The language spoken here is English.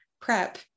prep